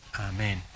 Amen